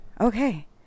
okay